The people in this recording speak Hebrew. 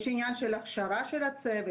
יש עניין של הכשרה של הצוות.